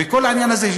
וכל העניין הזה,